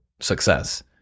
success